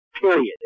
period